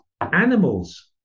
animals